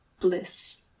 bliss